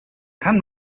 kann